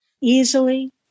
easily